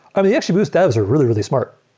i mean, yeah xgboost devs are really, really smart.